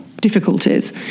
difficulties